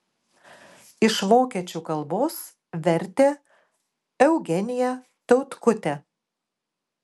iš vokiečių kalbos vertė eugenija tautkutė